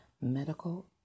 medical